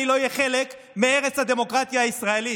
אני לא אהיה חלק מהרס הדמוקרטיה הישראלית.